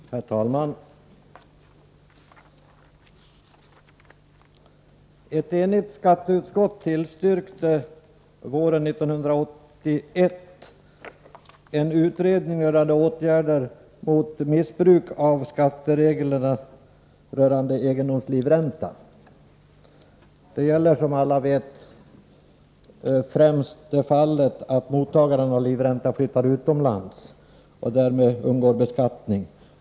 Herr talman! Ett enigt skatteutskott tillstyrkte våren 1981 ett förslag om utredning rörande åtgärder mot missbruk av skattereglerna rörande egendomslivränta. Det gällde, som alla vet, främst fallet att mottagaren av livränta flyttar utomlands och därmed undgår beskattning.